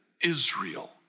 Israel